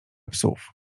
psów